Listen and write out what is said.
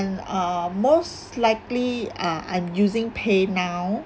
and uh most likely uh I'm using PAYNOW